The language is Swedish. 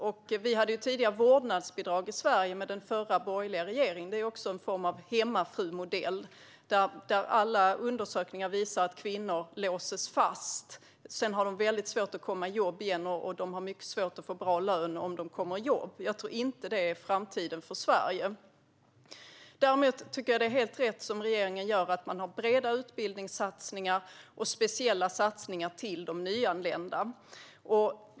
Under den borgerliga regeringen hade vi vårdnadsbidrag i Sverige, och det är också en form av hemmafrumodell. Alla undersökningar visade att kvinnor låstes fast, hade svårt att komma i jobb och svårt att få bra lön om de kom i jobb. Jag tror inte att det är framtiden för Sverige. Det är helt rätt som regeringen gör med breda utbildningssatsningar och speciella satsningar på de nyanlända.